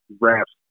raps